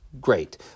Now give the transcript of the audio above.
Great